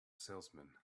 salesman